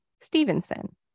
Stevenson